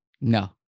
no